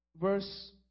Verse